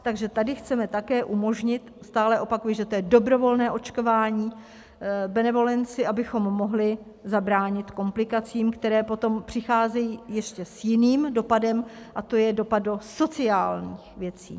Takže tady chceme také umožnit stále opakuji, že to je dobrovolné očkování benevolenci, abychom mohli zabránit komplikacím, které potom přicházejí ještě s jiným dopadem, a to je dopad do sociálních věcí.